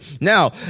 Now